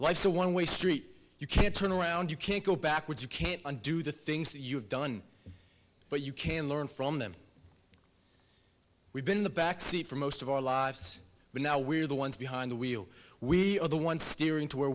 a one way street you can't turn around you can't go backwards you can't undo the things you've done but you can learn from them we've been in the back seat for most of our lives but now we're the ones behind the wheel we are the ones steering to where